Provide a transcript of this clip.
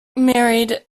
married